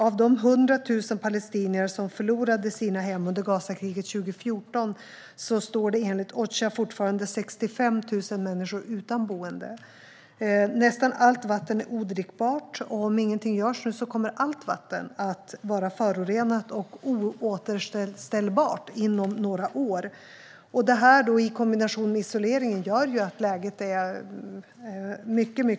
Av de 100 000 palestinier som förlorade sina hem under Gazakriget 2014 står enligt Ocha 65 000 människor fortfarande utan boende. Nästan allt vatten är odrickbart, och om ingenting görs kommer allt vatten inom några år att vara förorenat och omöjligt att återställa. Detta i kombination med isoleringen gör att läget är mycket svårt.